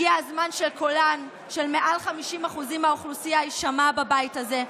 הגיע הזמן שקולן של מעל 50% מהאוכלוסייה יישמע בבית הזה,